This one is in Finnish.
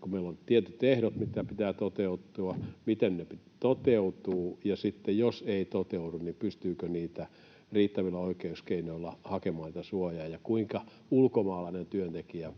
kun meillä on tietyt ehdot, minkä pitää toteutua, niin miten ne toteutuvat, ja sitten jos eivät toteudu, niin pystyykö niihin riittävillä oikeuskeinoilla hakemaan suojaa, ja kuinka ulkomaalainen työntekijä,